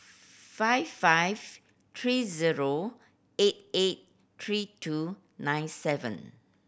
five five three zero eight eight three two nine seven